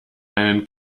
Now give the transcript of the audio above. einen